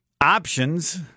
options